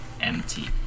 empty